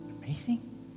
amazing